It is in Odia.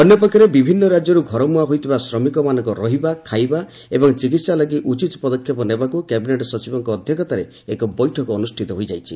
ଅନ୍ୟ ପକ୍ଷରେ ବିଭିନ୍ନ ରାଜ୍ୟରୁ ଘର ମୁହାଁ ହୋଇଥିବା ଶ୍ରମିକମାନଙ୍କ ରହିବା ଖାଇବା ଏବଂ ଚିକିହା ଲାଗି ଉଚିତ ପଦକ୍ଷେପ ନେବାକୁ କ୍ୟାବିନେଟ୍ ସଚିବଙ୍କ ଅଧ୍ୟକ୍ଷତାରେ ଏକ ବୈଠକ ଅନୁଷ୍ଠିତ ହୋଇଯାଇଛି